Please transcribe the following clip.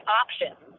options